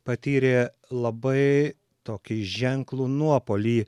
patyrė labai tokį ženklų nuopuolį